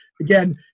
again